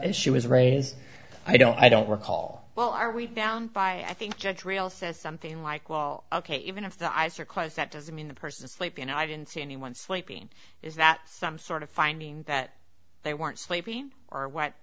issue was raised i don't i don't recall well are we now by i think judge real says something like well ok even if the eyes are closed that doesn't mean the person sleeping i didn't see anyone sleeping is that some sort of finding that they weren't sleeping or what